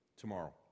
Tomorrow